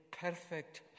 perfect